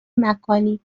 مکانی